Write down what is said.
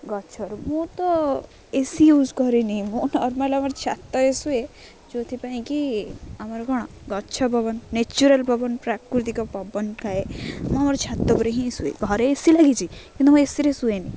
ଗଛରୁ ମୁଁ ତ ଏ ସି ୟୁଜ୍ କରେନି ମୁଁ ନର୍ମାଲ୍ ଆମର ଛାତ ଏ ଶୁଏ ଯୋଉଥିପାଇଁ କିି ଆମର କ'ଣ ଗଛ ପବନ ନେଚୁରାଲ୍ ପବନ ପ୍ରାକୃତିକ ପବନ ଖାଏ ମୁଁ ଆମର ଛାତ ଉପରେ ହିଁ ଶୁଏ ଘରେ ଏ ସି ଲାଗିଛି କିନ୍ତୁ ମୁଁ ଏସିରେ ଶୁଏନି